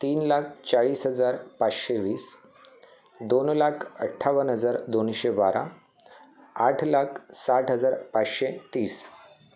तीन लाख चाळीस हजार पाचशे वीस दोन लाख अठ्ठावन्न हजार दोनशे बारा आठ लाख साठ हजार पाचशे तीस